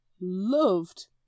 loved